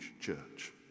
church